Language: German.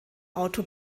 auto